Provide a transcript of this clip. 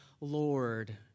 Lord